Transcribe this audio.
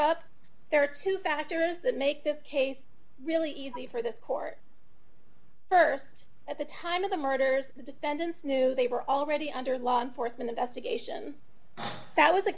up there are two factors that make this case really easy for this court st at the time of the murders the defendants knew they were already under law enforcement investigation that was a